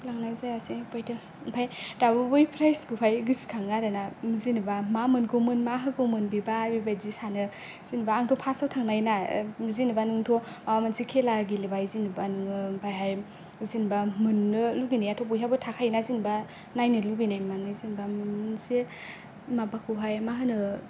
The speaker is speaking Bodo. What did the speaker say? लांनाय जायासै अफायथो ओमफाय दाबो बै प्राइजखौहाय गोसोखाङो आरो ना जेन'बा मा मोनगौमोन मा होगौमोन बेबा बिदि सानो जेन'बा आंथ' फार्स्टआव थांनाय ना जेनेबा नोंथ' मोनसे खेला गेलेबाय जेन'बा नोङो ओमफायहाय जेन'बा मोन्नो लुगैनायाथ' बयहाबो थाखायोना जेन'बा नायनो लुगैनाय मानाय जेन'बा मोनसे माबाखौहाय मा होनो